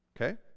okay